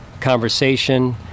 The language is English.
conversation